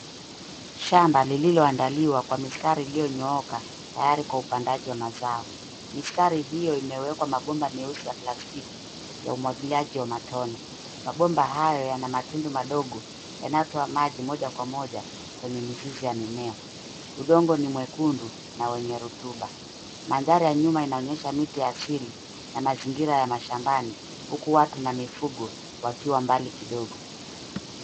Shamba lililoandaliwa kwa mistari iliyonyooka tayari kwa upandaji wa mazao. Mistari hiyo imewekwa mabomba meusi ya plastiki ya umwangiliaji wa matone. Mabomba hayo yana matundu madogo yanayotoa maji moja kwa moja kwenye mizizi ya mimea. Udongo ni mwekundu na wenye rutuba. Mandhari ya nyuma inaonyesha miti asili na mazingira ya mashambani. Huku watu na mifugo wakiwa mbali kidogo.